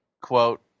quote